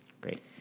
Great